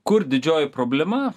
kur didžioji problema